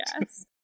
Yes